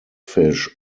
fish